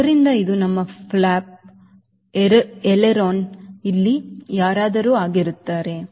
ಆದ್ದರಿಂದ ಇದು ನಮ್ಮ ಫ್ಲಾಪ್ aileron ಇಲ್ಲಿ ಯಾರಾದರೂ ಆಗಿರುತ್ತಾರೆ